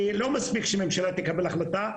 שלא מספיק שהממשלה תקבל החלטה,